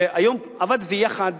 והיום, עבדנו יחד